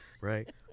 right